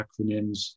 acronyms